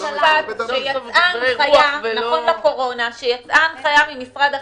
יצאה הנחיה נכון לקורונה ממשרד החינוך,